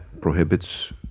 prohibits